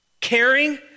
caring